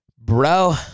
Bro